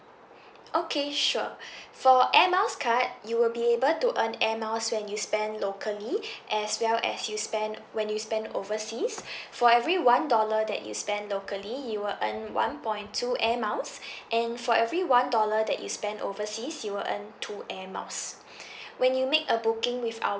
okay sure for air miles card you will be able to earn air miles when you spend locally as well as you spend when you spend overseas for every one dollar that you spend locally you will earn one point two air miles and for every one dollar that you spend overseas you will earn two air miles when you make a booking with our